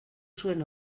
zuen